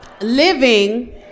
living